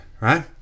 right